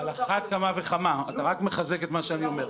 על אחת כמה וכמה, אתה רק מחזק את מה שאני אומר.